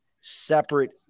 separate